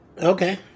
Okay